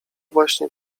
właśnie